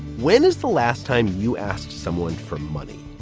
when is the last time you ask someone for money?